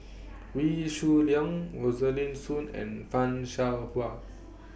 Wee Shoo Leong Rosaline Soon and fan Shao Hua